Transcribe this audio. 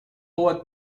what